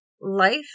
life